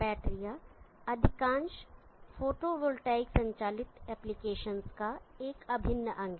बैटरीया अधिकांश फोटोवोल्टिक संचालित एप्लीकेशंस का एक अभिन्न अंग हैं